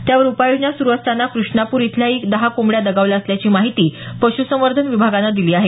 त्यावर उपाययोजना सुरू असताना क्रष्णापूर इथल्याही दहा कोंबड्या दगावल्या असल्याची माहिती पश्संवर्धन विभागानं दिली आहे